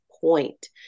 point